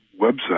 website